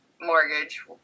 mortgage